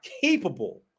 capable